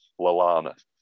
Lalana